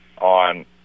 on